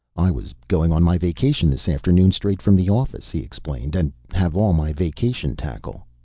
i was going on my vacation this afternoon straight from the office, he explained, and have all my vacation tackle.